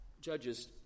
Judges